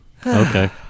Okay